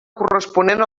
corresponent